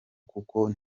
kuko